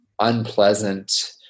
unpleasant